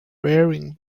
wearing